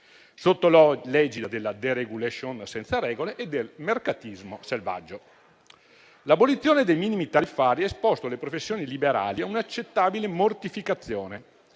sotto l'egida della *deregulation* senza regole e del mercatismo selvaggio. L'abolizione dei minimi tariffari ha esposto le professioni liberali a un'accettabile mortificazione,